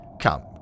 Come